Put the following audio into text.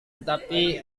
tetapi